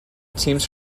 teams